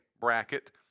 bracket